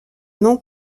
non